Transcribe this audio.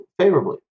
favorably